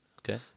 Okay